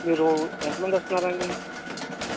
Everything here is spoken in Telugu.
మీరు ఎంతమంది వస్తున్నారండి